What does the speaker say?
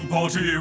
Party